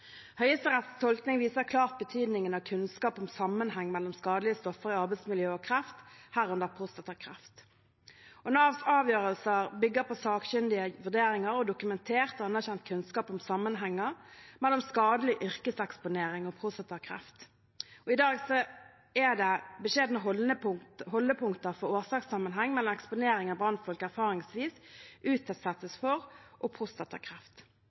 Høyesteretts tolkning viser klart betydningen av kunnskap om sammenheng mellom skadelige stoffer i arbeidsmiljøet og kreft, herunder prostatakreft. Navs avgjørelser bygger på sakkyndige vurderinger og dokumentert og anerkjent kunnskap om sammenhenger mellom skadelig yrkeseksponering og prostatakreft. I dag er det beskjedne holdepunkter for årsakssammenheng mellom eksponeringen brannfolk erfaringsvis utsettes for, og